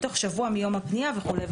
שזה תוך שבוע מיום הפנייה וכו'.